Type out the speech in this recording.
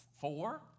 four